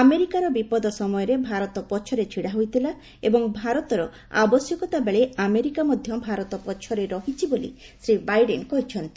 ଆମେରିକାର ବିପଦ ସମୟରେ ଭାରତ ପଛରେ ଛିଡା ହୋଇଥିଲା ଏବଂ ଭାରତର ଆବଶ୍ୟକତାବେଳେ ଆମେରିକା ମଧ୍ୟ ଭାରତ ପଛରେ ରହିଛି ବୋଲି ଶ୍ରୀ ବାଇଡେନ କହିଛନ୍ତି